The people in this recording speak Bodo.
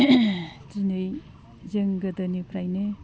दिनै जों गोदोनिफ्रायनो